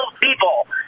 people